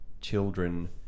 children